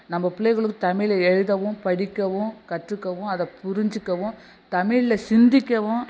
நம்ம பிள்ளைகளுக்கு தமிழை எழுதவும் படிக்கவும் கற்றுக்கவும் அதை புரிஞ்சிக்கவும் தமிழில் சிந்திக்கவும்